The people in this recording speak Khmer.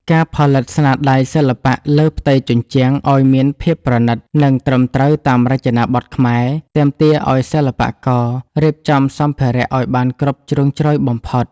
ការផលិតស្នាដៃសិល្បៈលើផ្ទៃជញ្ជាំងឱ្យមានភាពប្រណីត និងត្រឹមត្រូវតាមរចនាបថខ្មែរ ទាមទារឱ្យសិល្បកររៀបចំសម្ភារៈឱ្យបានគ្រប់ជ្រុងជ្រោយបំផុត។